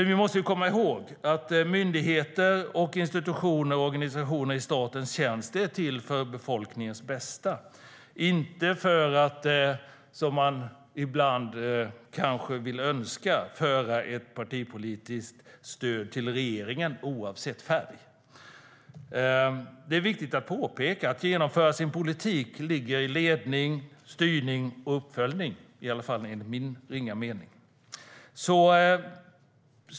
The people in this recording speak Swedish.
Vi måste komma ihåg att myndigheter, institutioner och organisationer i statens tjänst är till för befolkningens bästa, inte för att, som man ibland kanske önskar, vara ett partipolitiskt stöd för regeringen, oavsett färg. Det är viktigt att påpeka att genomförandet av politiken ligger i ledning, styrning och uppföljning, i alla fall enligt min ringa mening.